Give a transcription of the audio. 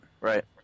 right